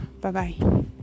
Bye-bye